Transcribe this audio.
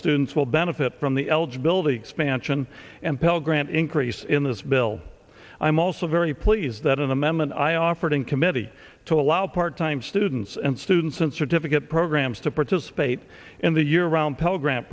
students will benefit from the eligibility expansion and pell grant increase in this bill i'm also very pleased that an amendment i offered in committee to allow part time students and students in certificate programs to participate in the year round pell grant